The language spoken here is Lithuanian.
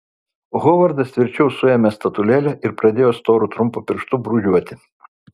hovardas tvirčiau suėmė statulėlę ir pradėjo storu trumpu pirštu brūžuoti